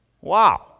Wow